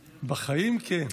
בחיים, כן.